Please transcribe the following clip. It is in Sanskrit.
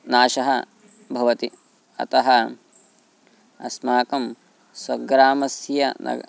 नाशः भवति अतः अस्माकं स्वग्रामस्य